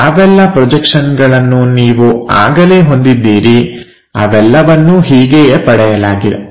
ಯಾವೆಲ್ಲಾ ಪ್ರೊಜೆಕ್ಷನ್ಗಳನ್ನು ನೀವು ಆಗಲೇ ಹೊಂದಿದ್ದೀರಿ ಅವೆಲ್ಲವನ್ನೂ ಹೀಗೆಯೇ ಪಡೆಯಲಾಗಿದೆ